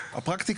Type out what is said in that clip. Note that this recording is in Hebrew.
והפרקטיקה?